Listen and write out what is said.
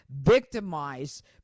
victimized